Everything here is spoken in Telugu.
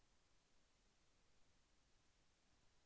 ఈ వారం కిలోగ్రాము ఉల్లిపాయల సగటు ధర ఎంత?